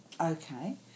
Okay